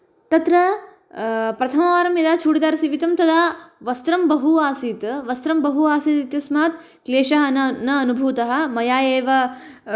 तत्र प्रथमवारं यदा चूडिदार् सीवितं तदा वस्त्रं बहु आसीत् वस्त्रं बहु आसीत् इत्यस्मात् क्लेशः न न अनुभूतः मया एव